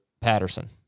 Patterson